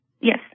yes